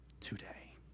today